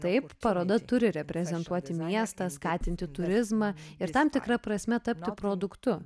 taip paroda turi reprezentuoti miestą skatinti turizmą ir tam tikra prasme tapti produktu